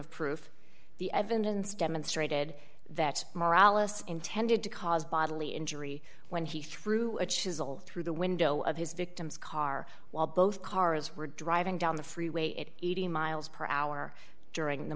of proof the evidence demonstrated that morales intended to cause bodily injury when he threw a chisel through the window of his victim's car while both cars were driving down the freeway it eighty miles per hour during the